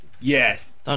Yes